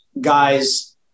guys